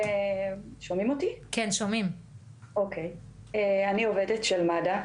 אני עובדת של מד"א,